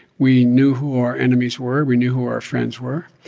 we knew who our enemies were. we knew who our friends were.